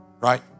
right